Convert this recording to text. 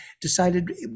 decided